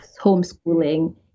homeschooling